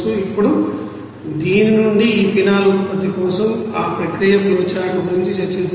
ఇప్పుడు దీని నుండి ఈ ఫినాల్ ఉత్పత్తి కోసం ఈ ప్రక్రియ ఫ్లో చార్ట్ గురించి చర్చిద్దాం